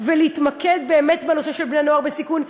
ולהתמקד באמת בנושא של בני-נוער בסיכון.